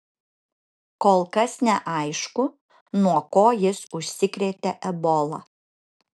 kol kas neaišku nuo ko jis užsikrėtė ebola